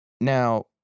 Now